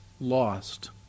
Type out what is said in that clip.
lost